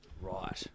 Right